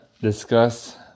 discuss